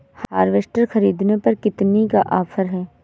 Harvester ख़रीदने पर कितनी का ऑफर है?